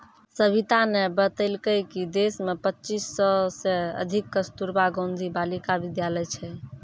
सविताने बतेलकै कि देश मे पच्चीस सय से अधिक कस्तूरबा गांधी बालिका विद्यालय छै